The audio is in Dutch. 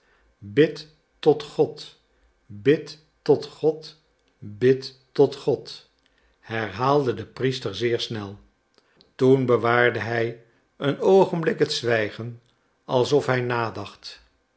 bid tot god bid tot god bid tot god herhaalde de priester zeer snel toen bewaarde hij een oogenblik het zwijgen alsof hij nadacht